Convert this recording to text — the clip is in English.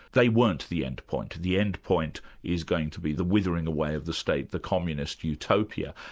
they weren't the end point. the end point is going to be the withering away of the state, the communist utopia.